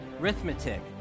Arithmetic